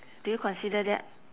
do you consider that